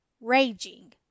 raging